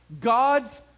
God's